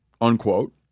unquote